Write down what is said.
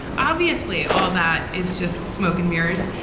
obviously, all that is just smoke and mirrors,